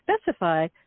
specify